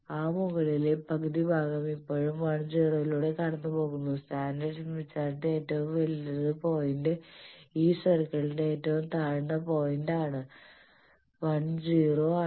ആ മുകളിലെ പകുതി ഭാഗം ഇപ്പോഴും 10 ലൂടെ കടന്നുപോകുന്നു സ്റ്റാൻഡേർഡ് സ്മിത്ത് ചാർട്ടിന്റെ ഏറ്റവും വലത് പോയിന്റും ഈ സർക്കിളിന്റെ ഏറ്റവും താഴ്ന്ന പോയിന്റും 10 ആണ്